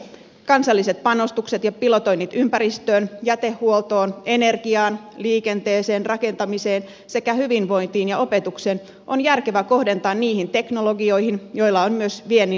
kansalliset pilotoinnit ja panostukset ympäristöön jätehuoltoon energiaan liikenteeseen rakentamiseen sekä hyvinvointiin ja opetukseen on järkevää kohdentaa niihin teknologioihin joilla on myös viennin mahdollisuus